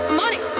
money